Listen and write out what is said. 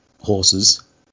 horses